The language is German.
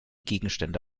gegenstände